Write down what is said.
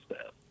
staff